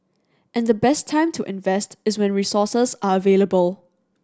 and the best time to invest is when resources are available